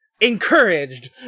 encouraged